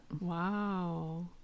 Wow